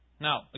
Now